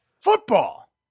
Football